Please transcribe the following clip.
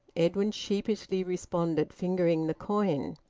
edwin sheepishly responded, fingering the coin.